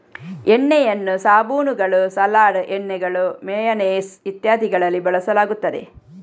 ಎಣ್ಣೆಯನ್ನು ಸಾಬೂನುಗಳು, ಸಲಾಡ್ ಎಣ್ಣೆಗಳು, ಮೇಯನೇಸ್ ಇತ್ಯಾದಿಗಳಲ್ಲಿ ಬಳಸಲಾಗುತ್ತದೆ